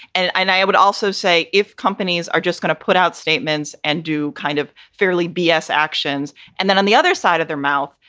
and and i would also say if companies are just going to put out statements and do kind of fairly b s. actions and then on the other side of their mouth,